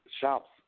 shops